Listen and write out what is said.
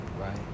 right